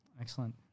Excellent